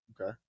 Okay